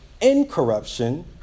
incorruption